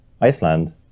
Iceland